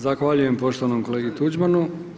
Zahvaljujem poštovanom kolegi Tuđmanu.